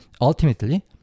Ultimately